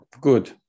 good